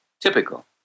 typical